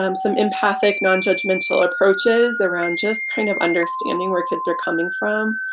um some empathic non judgmental approaches around just kind of understanding where kids are coming from.